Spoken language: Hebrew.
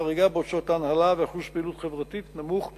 חריגה בהוצאות ההנהלה ואחוז פעילות חברתית נמוך מ-80%.